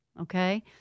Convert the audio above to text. okay